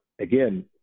again